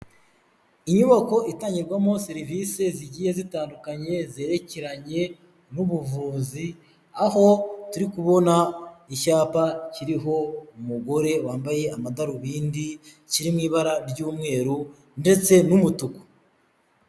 Inyubako itangirwamo serivisi zigiye zitandukanye zerekeranye n'ubuvuzi, aho turi kubona icyapa kiriho umugore wambaye amadarubindi kiri mu ibara ry'umweru ndetse n'umutuku.